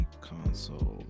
console